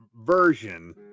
version